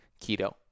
Keto